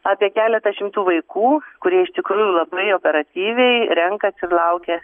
apie keletą šimtų vaikų kurie iš tikrųjų labai operatyviai renkasi ir laukia